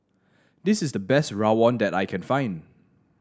this is the best rawon that I can find